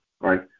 right